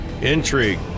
intrigue